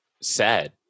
sad